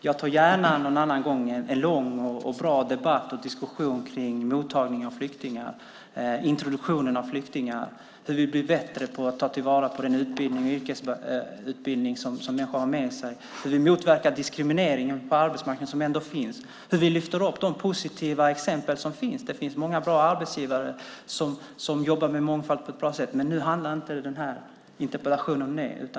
Jag tar gärna någon annan gång en lång och bra debatt och diskussion kring mottagningen av flyktingar, introduktionen av flyktingar, hur vi blir bättre på att ta till vara den utbildning och yrkesutbildning som människor har med sig, hur vi motverkar den diskriminering på arbetsmarknaden som ändå finns och hur vi lyfter upp de positiva exempel som finns. Det finns många bra arbetsgivare som jobbar med mångfald på ett bra sätt, men nu handlar inte den här interpellationen om det.